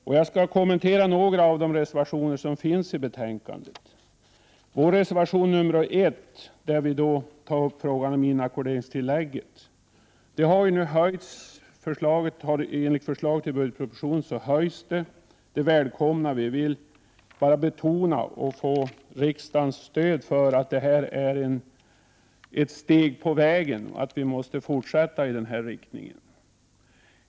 Jag avser att kommentera några av de reservationer som är fogade till betänkandet. I reservation nr 1 tas frågan om inackorderingstillägget upp. Enligt förslaget i budgetpropositionen kommer det att höjas, vilket vi välkomnar. Vi vill bara betona och få riksdagens stöd för att detta bara är ett steg på vägen och att vi måste fortsätta i denna riktning.